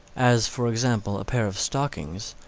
as, for example, a pair of stockings,